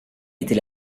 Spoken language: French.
était